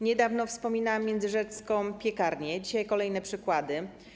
Niedawno wspominałam międzyrzecką piekarnię, dzisiaj podam kolejne przykłady.